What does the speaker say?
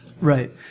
right